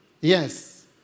Yes